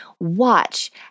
watch